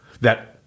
that-